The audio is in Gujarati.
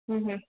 હમ